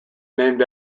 named